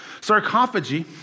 Sarcophagy